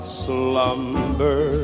slumber